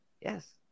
Yes